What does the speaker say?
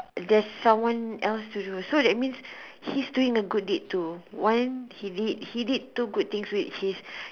there's someone else to do so that means he's good a good deed too one he did he did two good things which is